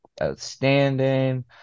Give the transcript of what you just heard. outstanding